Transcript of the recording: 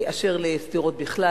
בבקשה,